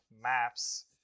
maps